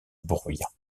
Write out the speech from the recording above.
bruyant